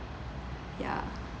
ya